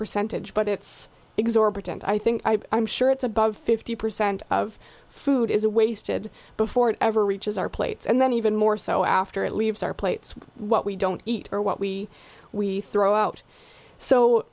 percentage but it's exorbitant i think i'm sure it's above fifty percent of food is a wasted before it ever reaches our plates and then even more so after it leaves our plates what we don't eat or what we we throw out so